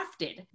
crafted